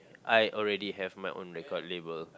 I already have my own record label